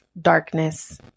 darkness